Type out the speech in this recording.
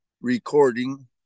recording